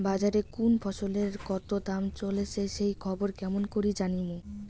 বাজারে কুন ফসলের কতো দাম চলেসে সেই খবর কেমন করি জানীমু?